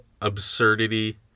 absurdity